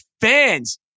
fans